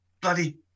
bloody